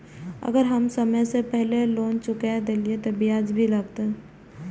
अगर हम समय से पहले लोन चुका देलीय ते ब्याज भी लगते?